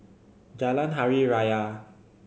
Jalan Hari Raya